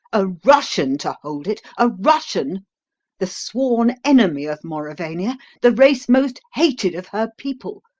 a russian to hold it a russian the sworn enemy of mauravania the race most hated of her people!